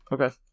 okay